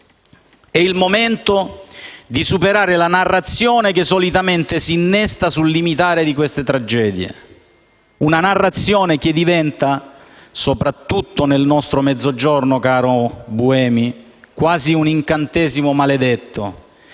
È il momento di superare la narrazione che solitamente si innesta sul limitare di queste tragedie; una narrazione che diventa, soprattutto nel nostro Mezzogiorno, caro collega Buemi, quasi un incantesimo maledetto,